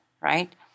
right